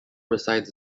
resides